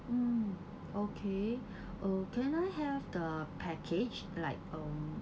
mm okay oh can I have the package like um